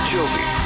Jovi